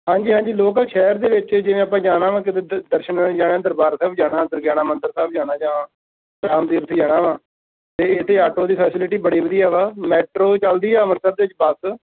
ਹਾਂਜੀ ਹਾਂਜੀ ਲੋਕਲ ਸ਼ਹਿਰ ਦੇ ਵਿੱਚ ਜਿਵੇਂ ਆਪਾਂ ਜਾਣਾ ਹੋਵੇ ਕਿਤੇ ਦਰਸ਼ਨਾਂ ਲਈ ਜਾਣਾ ਦਰਬਾਰ ਸਾਹਿਬ ਜਾਣਾ ਦੁਰਗਿਆਨਾ ਮੰਦਰ ਸਾਹਿਬ ਜਾਣਾ ਜਾਂ ਰਾਮਦੇਵ ਜੀ ਜਾਣਾ ਵਾ ਤਾਂ ਇੱਥੇ ਆਟੋ ਦੇ ਫੈਸਲਿਟੀ ਬੜੀ ਵਧੀਆ ਵਾ ਮੈਟਰੋ ਚੱਲਦੀ ਆ ਅੰਮ੍ਰਿਤਸਰ ਦੇ ਵਿੱਚ ਬੱਸ